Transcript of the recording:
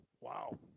Wow